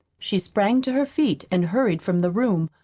she sprang to her feet and hurried from the room.